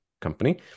Company